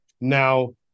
now